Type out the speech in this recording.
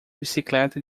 bicicleta